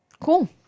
Cool